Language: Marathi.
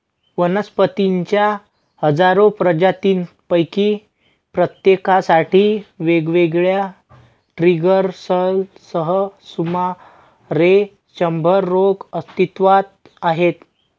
वनस्पतींच्या हजारो प्रजातींपैकी प्रत्येकासाठी वेगवेगळ्या ट्रिगर्ससह सुमारे शंभर रोग अस्तित्वात आहेत